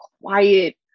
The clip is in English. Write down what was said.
quiet